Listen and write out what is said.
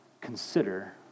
consider